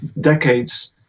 Decades